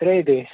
ترٛیٚیہِ دۄہۍ